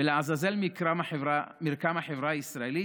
ולעזאזל מרקם החברה הישראלית,